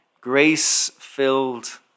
grace-filled